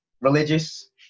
religious